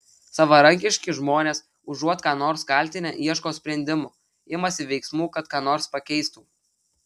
savarankiški žmonės užuot ką nors kaltinę ieško sprendimų imasi veiksmų kad ką nors pakeistų